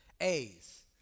A's